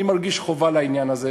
אני מרגיש חובה לעניין הזה,